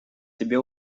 себе